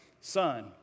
son